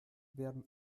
werden